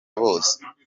bose